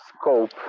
scope